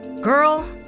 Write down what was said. Girl